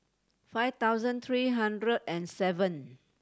five thousand three hundred and seven